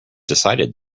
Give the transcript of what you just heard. decided